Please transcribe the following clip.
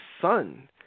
son